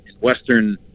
western